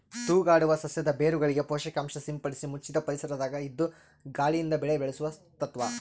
ತೂಗಾಡುವ ಸಸ್ಯದ ಬೇರುಗಳಿಗೆ ಪೋಷಕಾಂಶ ಸಿಂಪಡಿಸಿ ಮುಚ್ಚಿದ ಪರಿಸರದಾಗ ಇದ್ದು ಗಾಳಿಯಿಂದ ಬೆಳೆ ಬೆಳೆಸುವ ತತ್ವ